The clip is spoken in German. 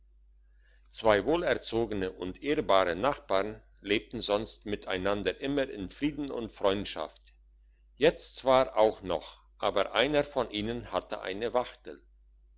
zwei wohlgezogene und ehrbare nachbarn lebten sonst miteinander immer in frieden und freundschaft jetzt zwar auch noch aber einer von ihnen hatte eine wachtel